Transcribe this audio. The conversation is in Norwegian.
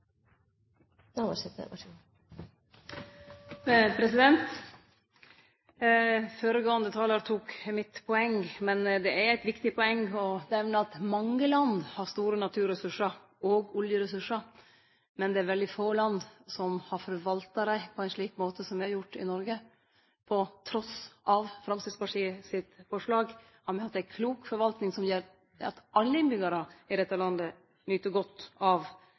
eit viktig poeng å nemne at mange land har store naturressursar, òg oljeressursar. Men det er veldig få land som har forvalta dei på ein slik måte som me har gjort i Noreg. Trass i Framstegspartiets forslag har me hatt ei klok forvalting, som gjer at alle innbyggjarar i dette landet nyt godt av